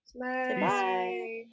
Bye